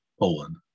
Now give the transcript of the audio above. Poland